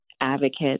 advocates